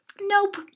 nope